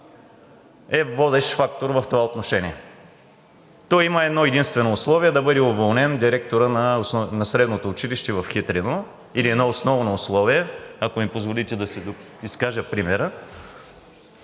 е водещ фактор в това отношение. Той има едно единствено условие да бъде уволнен директорът на Средното училище в Хитрино или едно основно условие, ако ми позволите да си доизкажа примера.